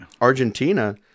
Argentina